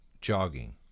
Jogging